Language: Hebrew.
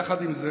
יחד עם זה,